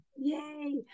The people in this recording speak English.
Yay